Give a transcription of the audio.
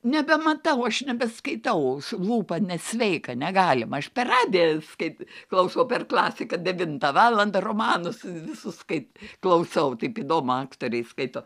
nebematau aš nebeskaitau lūpa nesveika negalima aš per radiją kaip klausau per klasiką devintą valandą romanus visus kaip klausau taip įdomu aktoriai skaito